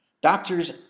Doctors